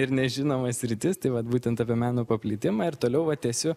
ir nežinoma sritis tai vat būtent apie meno paplitimą ir toliau va tęsiu